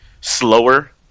slower